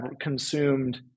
consumed